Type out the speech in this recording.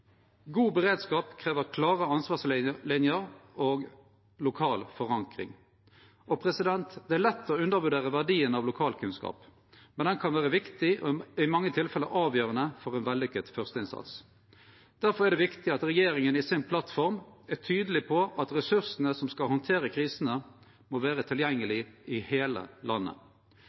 God beredskap krev klare ansvarsliner og lokal forankring. Det er lett å undervurdere verdien av lokalkunnskap, men han kan vere viktig og i mange tilfelle avgjerande for ein vellukka førsteinnsats. Difor er det viktig at regjeringa i si plattform er tydeleg på at ressursane som skal handtere krisene, må vere tilgjengelege i heile landet.